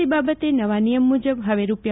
T બાબતે નવા નિચમ મુજબ હવે રૂા